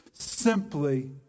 simply